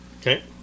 Okay